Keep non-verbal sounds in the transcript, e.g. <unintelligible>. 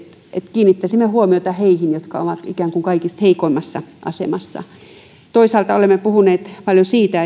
kiinnittäisimme huomiota heihin jotka ovat ikään kuin kaikista heikoimmassa asemassa toisaalta olemme puhuneet paljon siitä <unintelligible>